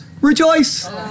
rejoice